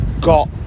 got